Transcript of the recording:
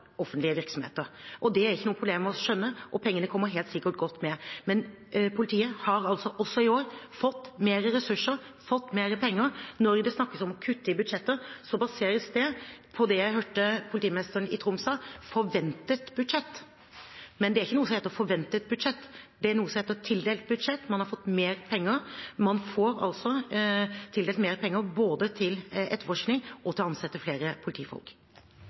offentlige virksomheter. Det er ikke noe problem å skjønne, og pengene kommer helt sikkert godt med. Men politiet har altså, også i år, fått mer ressurser, fått mer penger. Når det snakkes om å kutte i budsjetter, så baseres det på det jeg hørte politimesteren i Troms sa: forventet budsjett. Men det er ikke noe som heter forventet budsjett, det er noe som heter tildelt budsjett. Man har fått mer penger, man får altså tildelt mer penger både til etterforskning og til å ansette flere politifolk.